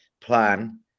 plan